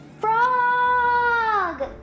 Frog